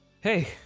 Hey